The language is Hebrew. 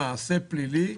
מעשה פלילי,